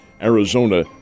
Arizona